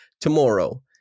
tomorrow